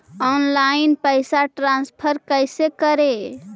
Online पैसा transfer कैसे करे?